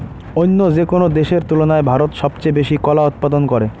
অইন্য যেকোনো দেশের তুলনায় ভারত সবচেয়ে বেশি কলা উৎপাদন করে